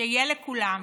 שיהיה לכולם.